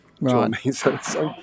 right